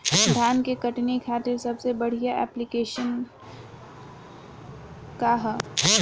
धान के कटनी खातिर सबसे बढ़िया ऐप्लिकेशनका ह?